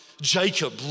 Jacob